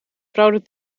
fraude